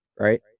Right